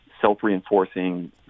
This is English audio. self-reinforcing